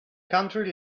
country